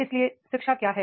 इसलिए शिक्षा क्या है